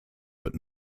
but